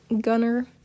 Gunner